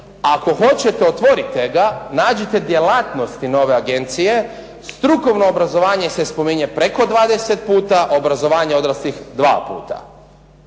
Ako hoćete otvorite ga, nađite djelatnosti nove agencije, strukovno obrazovanje se spominje preko 20 puta, obrazovanje odraslih dva puta.